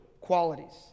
qualities